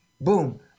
boom